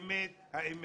האמת, האמת.